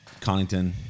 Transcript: Connington